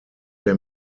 der